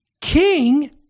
king